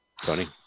Tony